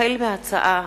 החל בהצעת